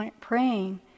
praying